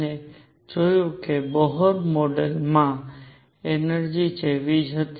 અને જોયું કે બોહર મોડેલમાં એનર્જિ જેવી જ હતી